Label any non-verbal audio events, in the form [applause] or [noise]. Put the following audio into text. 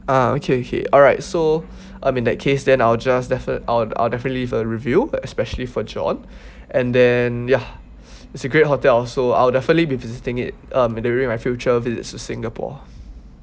ah okay okay alright so I mean in that case then I'll just defin~ I'll I'll definitely leave a review especially for john and then ya [noise] it's a great hotel also I'll definitely be visiting it uh during my future visits to singapore